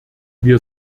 wir